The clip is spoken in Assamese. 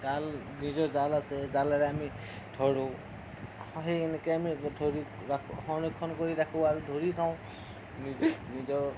জাল নিজৰ জাল আছে সেই জালেৰে আমি ধৰোঁ সেই সেনেকেই ধৰি ৰাখো আমি সংৰক্ষণ কৰি ৰাখো আৰু ধৰি খাওঁ